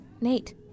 Nate